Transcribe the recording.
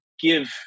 give